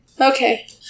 Okay